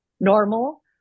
normal